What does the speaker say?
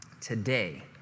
today